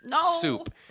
soup